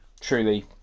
Truly